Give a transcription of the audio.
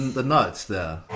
the notes there.